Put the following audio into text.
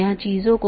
यह महत्वपूर्ण है